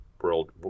world